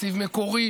תקציב מקורי